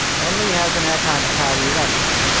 emily hasn't had time to tidy it up yet.